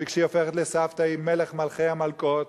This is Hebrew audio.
וכשהיא הופכת לסבתא היא מלך מלכי המלכות,